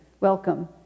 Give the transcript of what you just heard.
Welcome